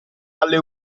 alle